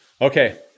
Okay